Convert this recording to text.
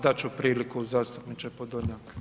Dat ću priliku zastupniče Podolnjak.